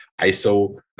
ISO